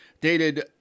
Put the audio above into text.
dated